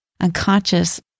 unconscious